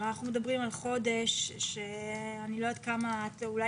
אנחנו מדברים על חודש שאני לא יודעת כמה אולי